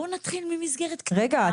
בואו נתחיל ממסגרת --- רגע,